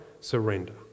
surrender